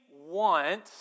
want